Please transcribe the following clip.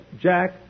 Jack